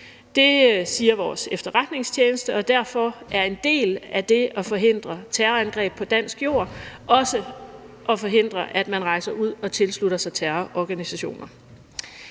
Det siger vores efterretningstjeneste, og derfor er en del af det at forhindre terrorangreb på dansk jord også at forhindre, at man rejser ud og tilslutter sig terrororganisationer.